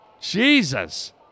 Jesus